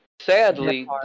sadly